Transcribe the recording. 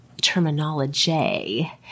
terminology